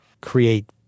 create